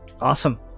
Awesome